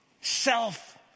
Self